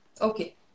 Okay